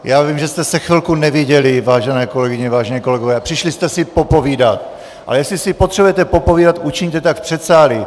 Já vím, že jste se chvilku neviděli, vážené kolegyně, vážení kolegové a přišli jste si popovídat, ale jestli si potřebujete popovídat, učiňte tak v předsálí.